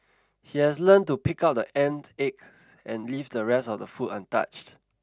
he has learnt to pick out the ant eggs and leave the rest of the food untouched